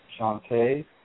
Shantae